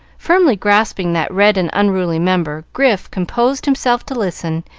firmly grasping that red and unruly member, grif composed himself to listen,